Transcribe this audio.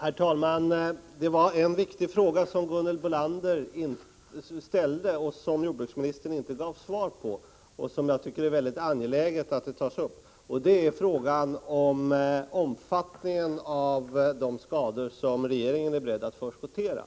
Herr talman! Det var en viktig fråga som Gunhild Bolander ställde och som jordbruksministern inte gav svar på. Jag tycker emellertid att det är mycket angeläget att den tas upp, och det är frågan om omfattningen av de skador som regeringen är beredd att förskottera